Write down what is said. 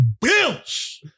bills